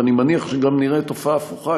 ואני מניח שגם נראה תופעה הפוכה,